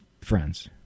friends